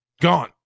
gone